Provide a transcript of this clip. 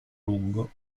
lungo